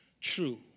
true